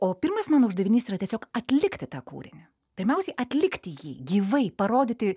o pirmas mano uždavinys yra tiesiog atlikti tą kūrinį pirmiausiai atlikti jį gyvai parodyti